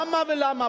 על מה ולמה?